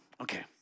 Okay